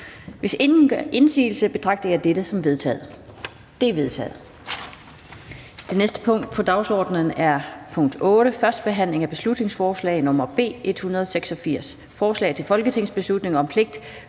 Hvis ingen gør indsigelse, betragter jeg det som vedtaget. Det er vedtaget. --- Det næste punkt på dagsordenen er: 11) 1. behandling af beslutningsforslag nr. B 143: Forslag til folketingsbeslutning om